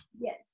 yes